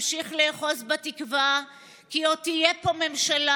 נמשיך לאחוז בתקווה כי עוד תהיה פה ממשלה,